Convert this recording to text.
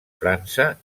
frança